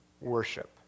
Worship